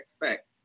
expect